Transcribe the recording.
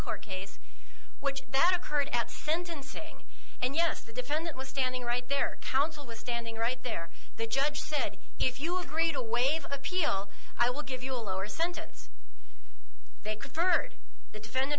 court case which that occurred at sentencing and yes the defendant was standing right there counsel was standing right there the judge said if you agree to waive appeal i will give you a lower sentence they conferred the defendant